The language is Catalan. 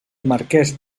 marquès